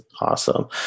Awesome